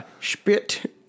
spit